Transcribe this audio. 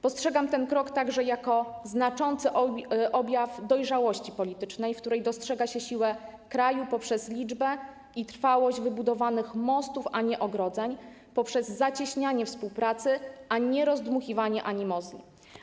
Postrzegam ten krok także jako znaczący objaw dojrzałości politycznej, dzięki której postrzega się siłę kraju poprzez liczbę i trwałość wybudowanych mostów, a nie ogrodzeń, poprzez zacieśnianie współpracy, a nie rozdmuchiwanie animozji.